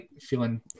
feeling